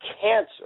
cancer